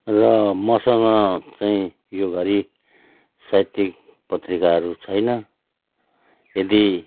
र मसँग चाहिँ यो घडी साहित्यिक पत्रिकाहरू छैन यदि